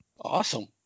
Awesome